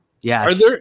Yes